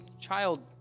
child